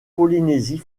polynésie